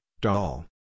doll